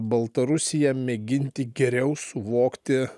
baltarusiją mėginti geriau suvokti